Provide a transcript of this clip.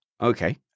okay